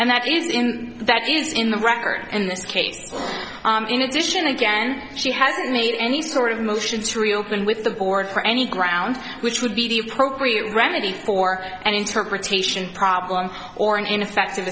and that is that is in the record in this case in addition again she hasn't made any sort of motion to reopen with the board for any grounds which would be the appropriate remedy for an interpretation problem or an ineffective